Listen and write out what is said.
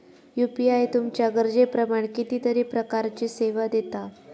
UPI तुमच्या गरजेप्रमाण कितीतरी प्रकारचीं सेवा दिता